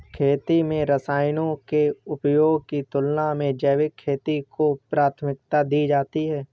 खेती में रसायनों के उपयोग की तुलना में जैविक खेती को प्राथमिकता दी जाती है